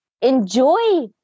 enjoy